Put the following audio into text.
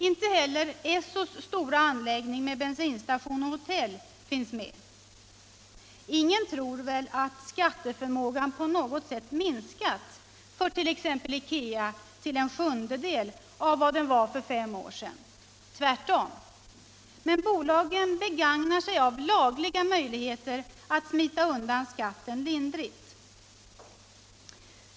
Inte heller Essos stora anläggning med bensinstation och hotell finns med. Ingen tror väl att skatteförmågan på något sätt minskat för t.ex. Ikea till en sjundedel av vad den var för fem år sedan; tvärtom. Men bolagen begagnar sig av lagliga möjligheter att smita undan så att skatten blir så lindrig som möjligt.